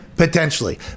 Potentially